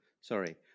Sorry